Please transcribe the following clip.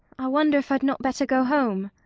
i wonder if i'd not better go home.